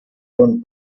und